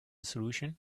solution